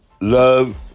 love